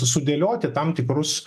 sudėlioti tam tikrus